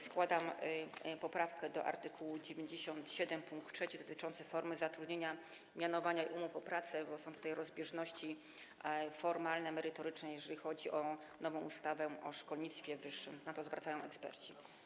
Składam poprawkę do art. 97 pkt 3 dotyczącą formy zatrudnienia, mianowania i umów o pracę, bo są tutaj rozbieżności formalne, merytoryczne, jeżeli chodzi o nową ustawę o szkolnictwie wyższym, na co zwracają uwagę eksperci.